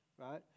Right